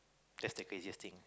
just the craziest thing